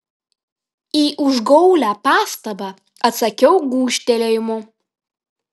į užgaulią pastabą atsakiau gūžtelėjimu